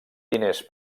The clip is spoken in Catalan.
diners